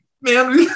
man